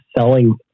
selling